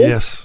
Yes